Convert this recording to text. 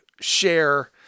share